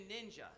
ninja